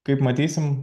kaip matysim